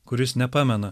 kuris nepamena